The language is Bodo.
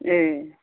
ए